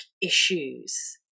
issues